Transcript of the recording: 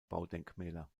baudenkmäler